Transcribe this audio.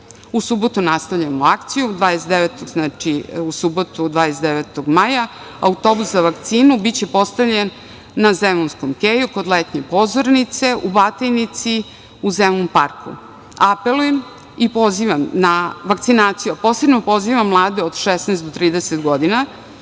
subotu nastavljamo akciju, 29. maja, autobus za vakcinu biće postavljen na Zemunskom keju, kod letnje pozornice. U Batajnici, u Zemun parku. Apelujem i pozivam na vakcinaciju, a posebno pozivam mlade od 16 do 30 godina,